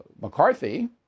McCarthy